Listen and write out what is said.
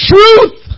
Truth